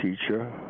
teacher